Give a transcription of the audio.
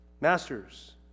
masters